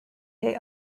day